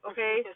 Okay